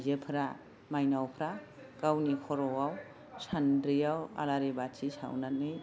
आयजोफ्रा मायनावफ्रा गावनि खर'आव सान्द्रिआव आलारि बाथि सावनानै